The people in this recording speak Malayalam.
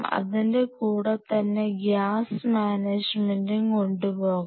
അതിൻറെ കൂടെ തന്നെ ഗ്യാസ് മാനേജ്മെന്റും കൊണ്ടു പോകണം